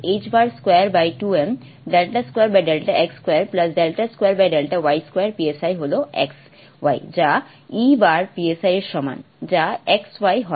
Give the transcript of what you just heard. ħ22m 2 x2 2 y2 হল xy যা E বার এর সমান যা xy হয়